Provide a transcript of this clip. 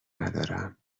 ندارم